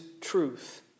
truth